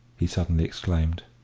he suddenly exclaimed.